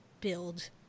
build